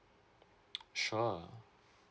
sure